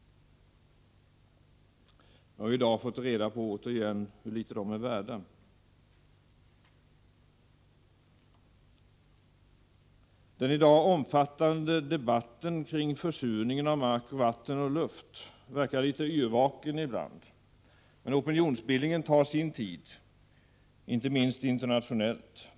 Vi har i dag återigen från moderat håll fått höra hur litet dessa energikällor är värda. Den i dag omfattande debatten kring försurning av mark, vatten och luft verkar litet yrvaken ibland. Men opinionsbildningen tar sin tid, inte minst internationellt.